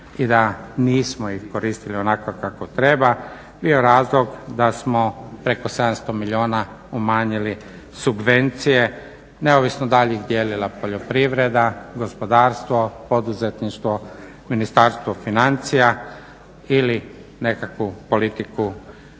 i da nismo ih koristili onako kako treba bio je razlog da smo preko 700 milijuna umanjili subvencije. Neovisno da li ih je dijelila poljoprivreda, gospodarstvo, poduzetništvo, Ministarstvo financija ili nekakva politika